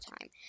time